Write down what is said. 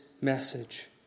message